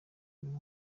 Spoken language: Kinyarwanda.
inyuma